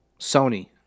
Sony –